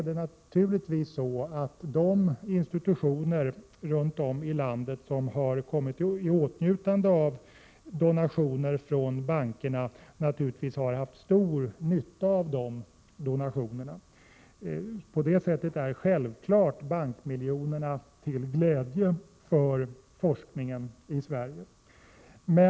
De institutioner runt om i landet som har kommit i åtnjutande av donationer från bankerna har naturligtvis utan tvivel haft stor nytta av dessa donationer. På det sättet har bankmiljonerna självfallet varit till glädje för forskningen i Sverige.